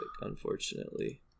unfortunately